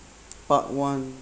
part one